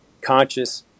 conscious